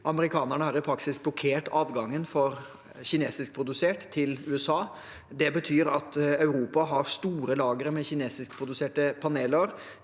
Amerikanerne har i praksis blokkert adgangen for kinesiskprodusert til USA. Det betyr at Europa har store lagre med kinesiskproduserte paneler